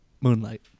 Moonlight